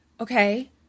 okay